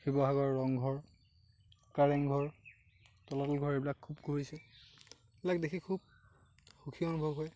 শিৱসাগৰৰ ৰংঘৰ কাৰেংঘৰ তলাতল ঘৰ এইবিলাক খুউব ফুৰিছোঁ এইবিলাক দেখি খুউব সুখী অনুভৱ হয়